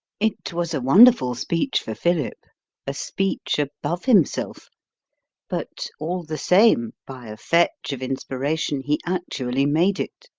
it was a wonderful speech for philip a speech above himself but, all the same, by a fetch of inspiration he actually made it.